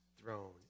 throne